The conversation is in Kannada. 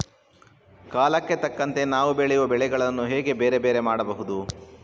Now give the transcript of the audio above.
ಕಾಲಕ್ಕೆ ತಕ್ಕಂತೆ ನಾವು ಬೆಳೆಯುವ ಬೆಳೆಗಳನ್ನು ಹೇಗೆ ಬೇರೆ ಬೇರೆ ಮಾಡಬಹುದು?